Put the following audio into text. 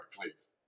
please